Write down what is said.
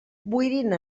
boirina